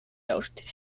austria